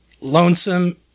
lonesome